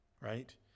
right